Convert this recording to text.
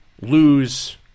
lose